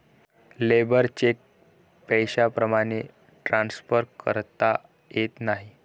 labour cheque पैशाप्रमाणे transfer करता येत नाही